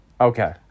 Okay